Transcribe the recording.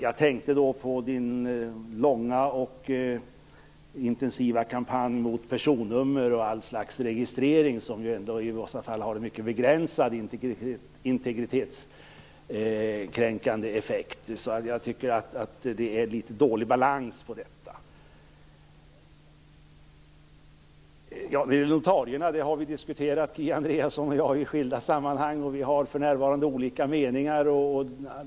Jag tänkte då på hennes långa och intensiva kampanj mot personnummer och all slags registrering som ändå har en mycket begränsad integritetskränkande effekt. Det är litet dålig balans på detta. Kia Andreasson och jag har diskuterat notarierna i skilda sammanhang. Vi har för närvarande olika meningar.